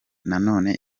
nanone